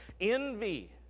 Envy